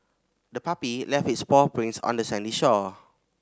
the puppy left its paw prints on the sandy shore